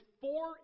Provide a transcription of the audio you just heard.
four